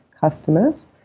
customers